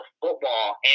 football